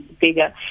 bigger